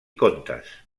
contes